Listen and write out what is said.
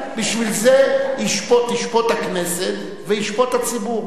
בשביל זה תשפוט הכנסת וישפוט הציבור.